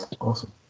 awesome